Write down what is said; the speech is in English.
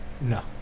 No